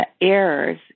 errors